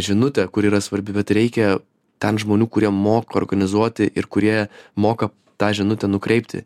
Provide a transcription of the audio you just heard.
žinutę kuri yra svarbi bet ir reikia ten žmonių kurie moka organizuoti ir kurie moka tą žinutę nukreipti